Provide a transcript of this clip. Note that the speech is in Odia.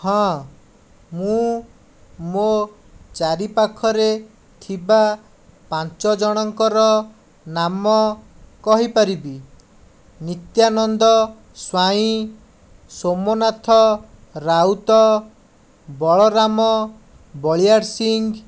ହଁ ମୁଁ ମୋ ଚାରିପାଖରେ ଥିବା ପାଞ୍ଚଜଣଙ୍କର ନାମ କହିପାରିବି ନିତ୍ୟାନନ୍ଦ ସ୍ଵାଇଁ ସୋମନାଥ ରାଉତ ବଳରାମ ବଳିଆରସିଂ